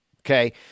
Okay